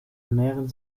ernähren